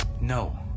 No